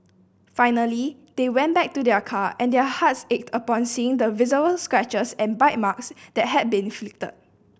finally they went back to their car and their hearts ached upon seeing the visible scratches and bite marks that had been inflicted